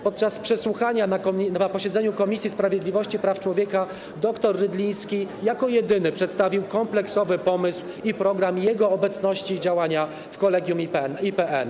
Podczas przesłuchania na posiedzeniu Komisji Sprawiedliwości i Praw Człowieka dr Rydliński jako jedyny przedstawił kompleksowy pomysł i program swojej obecności i działania w Kolegium IPN.